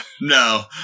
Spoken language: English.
No